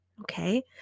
Okay